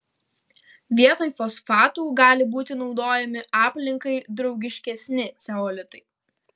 vietoj fosfatų gali būti naudojami aplinkai draugiškesni ceolitai